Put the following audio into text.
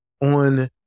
on